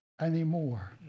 anymore